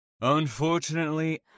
Unfortunately